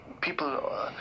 people